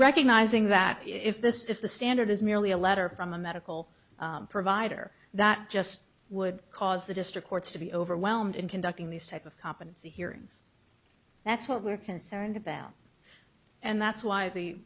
recognizing that if this if the standard is merely a letter from a medical provider that just would cause the district courts to be overwhelmed in conducting these type of competency hearings that's what we're concerned about and that's why